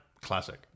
Classic